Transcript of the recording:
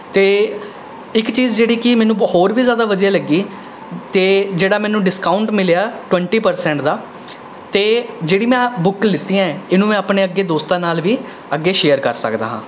ਅਤੇ ਇੱਕ ਚੀਜ਼ ਜਿਹੜੀ ਕਿ ਮੈਨੂੰ ਬਹੁਤ ਹੋਰ ਵੀ ਜ਼ਿਆਦਾ ਵਧੀਆ ਲੱਗੀ ਅਤੇ ਜਿਹੜਾ ਮੈਨੂੰ ਡਿਸਕਾਊਂਟ ਮਿਲਿਆ ਟਵੰਟੀ ਪ੍ਰਸੈਂਟ ਦਾ ਅਤੇ ਜਿਹੜੀਆਂ ਮੈਂ ਇਹ ਬੁੱਕ ਲਈਆਂ ਹੈ ਇਹਨਾਂ ਨੂੰ ਮੈਂ ਆਪਣੇ ਅੱਗੇ ਦੋਸਤਾਂ ਨਾਲ਼ ਵੀ ਅੱਗੇ ਸ਼ੇਅਰ ਕਰ ਸਕਦਾ ਹਾਂ